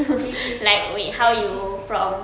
okay okay so I'm eighteen